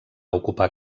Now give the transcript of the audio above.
ocupar